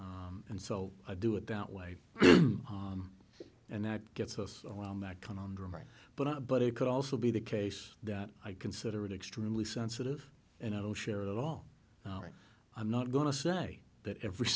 and so i do it out way and that gets us around that conundrum right but i but it could also be the case that i consider it extremely sensitive and i don't share it at all i'm not going to say that every